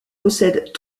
possède